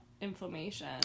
inflammation